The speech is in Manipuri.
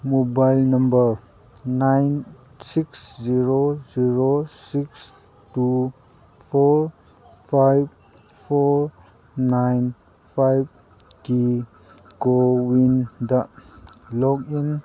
mobile number nine six zero zero six two four five four nine ꯐꯥꯏꯚꯀꯤ ꯀꯣꯋꯤꯟꯗ ꯂꯣꯛꯏꯟ